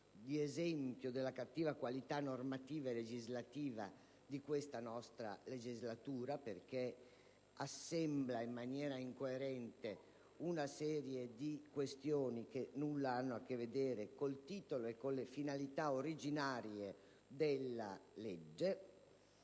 esempio della cattiva qualità normativa e legislativa di questa nostra legislatura, perché assembla in maniera incoerente una serie di questioni che nulla hanno a che vedere con il titolo e le finalità originarie della legge.